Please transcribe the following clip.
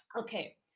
okay